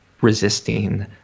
resisting